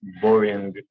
boring